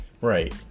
Right